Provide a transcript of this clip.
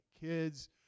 kids